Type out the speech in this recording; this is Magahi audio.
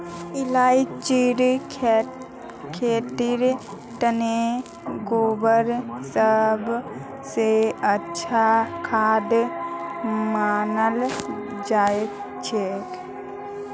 इलायचीर खेतीर तने गोबर सब स अच्छा खाद मनाल जाछेक